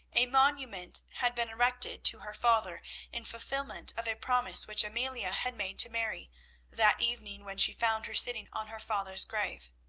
a monument had been erected to her father in fulfilment of a promise which amelia had made to mary that evening when she found her sitting on her father's grave.